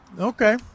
Okay